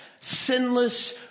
sinless